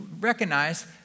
recognize